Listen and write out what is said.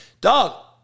Dog